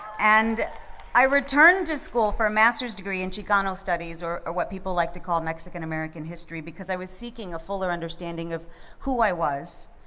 and i returned to school for a master's degree in chicano studies or or what people like to call mexican-american history because i was seeking a fuller understanding of who i was,